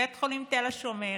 בית החולים תל השומר,